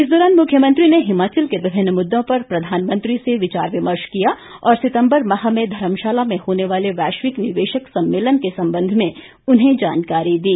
इस दौरान मुख्यमंत्री ने हिमाचल के विभिन्न मुद्दों पर प्रधानमंत्री से विचार विमर्श किया और सितम्बर माह में धर्मशाला में होने वाले वैश्विक निवेशक सम्मेलन के संबंध में उन्हें जानकारी दी